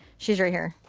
she's right here.